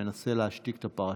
מנסה להשתיק את הפרשה.